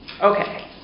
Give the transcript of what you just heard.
Okay